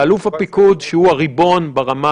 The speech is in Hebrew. לאלוף הפיקוד שהוא הריבון ברמה,